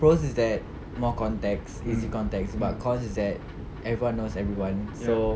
pros is that more contacts easy contacts but cons is that everyone knows everyone so